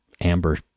amber